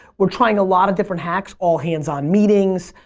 we're trying a lot of different hacks all hands-on meetings,